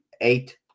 eight